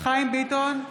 חיים ביטון,